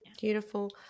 Beautiful